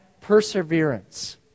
perseverance